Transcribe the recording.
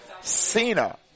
Cena